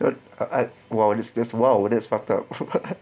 no ah ah !whoa! this just !whoa! !whoa! that's fucked up